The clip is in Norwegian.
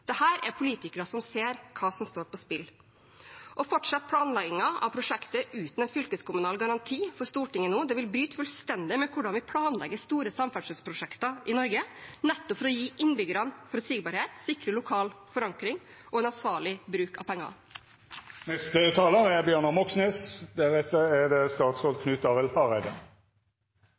er politikere som ser hva som står på spill. Å fortsette planleggingen av prosjektet uten en fylkeskommunal garanti for Stortinget nå vil bryte fullstendig med hvordan vi planlegger store samferdselsprosjekter i Norge, nettopp for å gi innbyggerne forutsigbarhet og sikre lokal forankring og en ansvarlig bruk av